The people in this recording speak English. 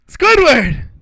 Squidward